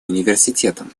университетом